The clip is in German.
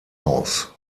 haus